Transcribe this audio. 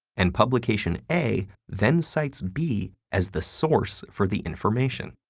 and publication a then cites b as the source for the information.